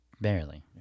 Barely